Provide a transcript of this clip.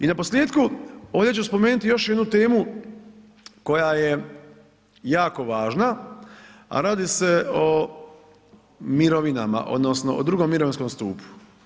I naposljetku ovdje ću spomenuti i još jednu temu koja je jako važna, a radi se o mirovinama odnosno o drugom mirovinskom stupu.